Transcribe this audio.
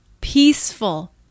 peaceful